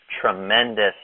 tremendous